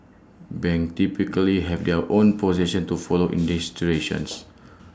banks typically have their own position to follow in these situations